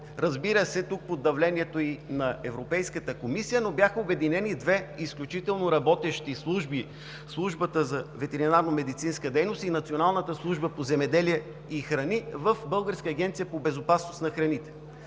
разбира се, тук под давлението и на Европейската комисия, но бяха обединени две изключително работещи служби – Службата за ветеринарномедицинска дейност и Националната служба по земеделие и храни в Българската агенция по безопасност на храните.